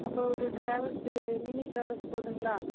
அப்போ ஒரு travels mini travels போதுங்களா